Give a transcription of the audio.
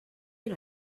era